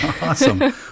awesome